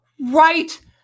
right